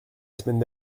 semaine